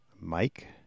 Mike